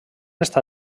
està